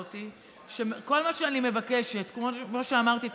כמו שאמרתי,